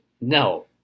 No